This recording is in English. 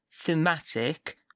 thematic